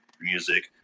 music